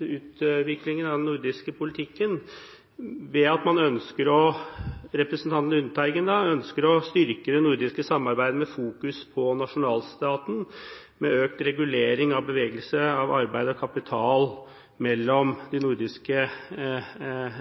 utviklingen av den nordiske politikken. Representanten Lundteigen ønsker å styrke det nordiske samarbeidet med fokus på nasjonalstaten, med økt regulering av bevegelse av arbeid og kapital mellom de nordiske